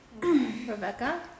Rebecca